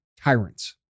tyrants